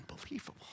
unbelievable